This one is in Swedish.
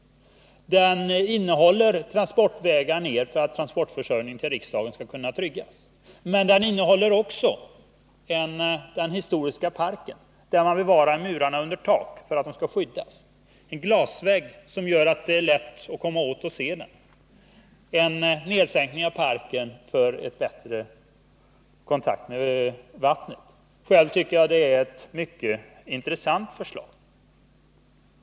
Det innehåller transportvägar ner för att transportförsörjningen till riksdagen skall kunna tryggas. Men det innehåller också den historiska parken, där man bevarar murarna under tak, för att de skall skyddas, en glasvägg som gör det lätt att komma åt och se, en nedsänkning av parken för en bättre kontakt med vattnet. Jag tycker det är ett mycket intressant förslag.